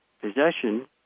Possession